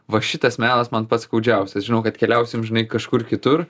va šitas melas man pats skaudžiausias žinau kad keliausim žinai kažkur kitur